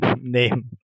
name